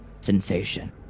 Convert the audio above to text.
sensation